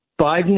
Biden